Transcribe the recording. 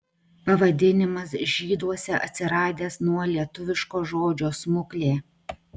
pavadinimas žyduose atsiradęs nuo lietuviško žodžio smuklė